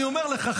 אני אומר לך,